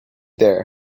there